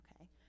Okay